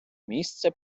місце